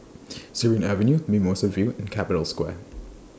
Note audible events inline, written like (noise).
(noise) Surin Avenue Mimosa View and Capital Square